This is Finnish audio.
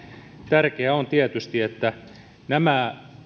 tärkeää on tietysti että nämä